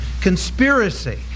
conspiracy